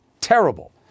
terrible